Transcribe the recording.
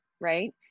right